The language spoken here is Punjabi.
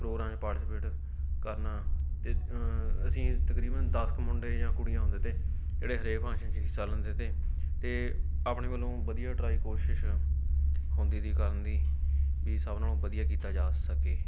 ਪ੍ਰੋਗਰਾਮ 'ਚ ਪਾਰਟੀਸਪੇਟ ਕਰਨਾ ਅਤੇ ਅਸੀਂ ਤਕਰੀਬਨ ਦਸ ਕੁ ਮੁੰਡੇ ਜਾਂ ਕੁੜੀਆਂ ਹੁੰਦੇ ਤੇ ਜਿਹੜੇ ਹਰੇਕ ਫੰਕਸ਼ਨ 'ਚ ਹਿੱਸਾ ਲੈਂਦੇ ਤੇ ਅਤੇ ਆਪਣੇ ਵੱਲੋਂ ਵਧੀਆ ਟਰਾਈ ਕੋਸ਼ਿਸ਼ ਹੁੰਦੀ ਤੀ ਕਰਨ ਦੀ ਵੀ ਸਭ ਨਾਲੋਂ ਵਧੀਆ ਕੀਤਾ ਜਾ ਸਕੇ